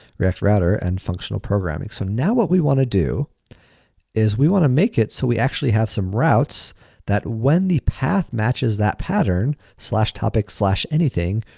react router, and functional programming. so, now what we wanna do is we wanna make it so we actually have some routes that when the path matches that pattern so topics anything,